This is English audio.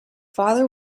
father